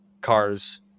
cars